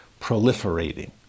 proliferating